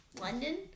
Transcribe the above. London